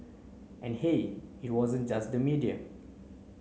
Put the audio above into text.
and hey it wasn't just the media